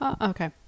okay